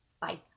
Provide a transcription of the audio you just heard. Bye